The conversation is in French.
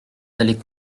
allaient